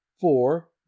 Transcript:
four